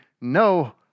no